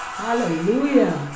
hallelujah